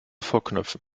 vorknöpfen